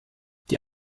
die